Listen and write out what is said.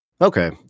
okay